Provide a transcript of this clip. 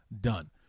done